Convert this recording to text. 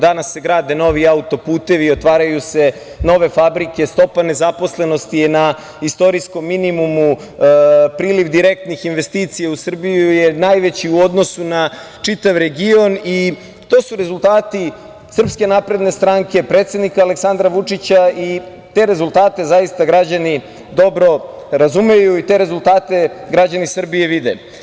Danas se grade novi autoputevi, otvaraju se nove fabrike, stopa nezaposlenosti je na istorijskom minimumu, priliv direktnih investicija u Srbiju je najveći u odnosu na čitav region, i to su rezultati SNS, predsednika Aleksandra Vučića i te rezultate zaista građani dobro razumeju i te rezultate građani Srbije vide.